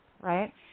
right